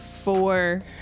four